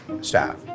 staff